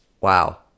Wow